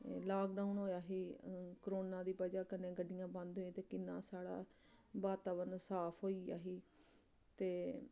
lockdown होएआ ही corona दी बजह कन्नै गड्डियां बंद होई ते किन्ना साढ़ा वातावरण साफ होई गेआ ही ते